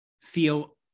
feel